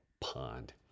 pond